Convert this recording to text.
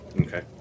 Okay